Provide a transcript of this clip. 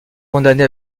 condamné